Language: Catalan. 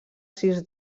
sis